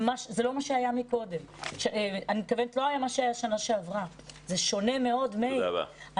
זה לא מה שהיה בשנה שעברה, זה שונה מאוד, מאיר.